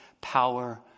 power